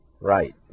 Right